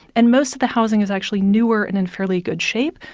and most of the housing is actually newer and in fairly good shape.